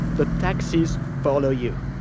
the taxes follow you.